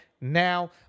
now